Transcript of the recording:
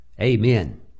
Amen